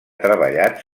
treballat